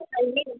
तो पहले